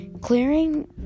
clearing